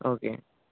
okay